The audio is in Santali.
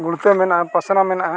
ᱜᱩᱲᱠᱷᱟᱹ ᱢᱮᱱᱟᱜᱼᱟ ᱯᱟᱥᱱᱟ ᱢᱮᱱᱟᱜᱼᱟ